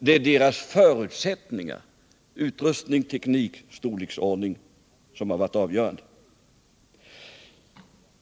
Det är deras förutsättningar, utrustningen, tekniken och storleksordningen som varit avgörande.